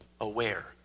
aware